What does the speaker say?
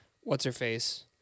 what's-her-face